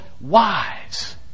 wise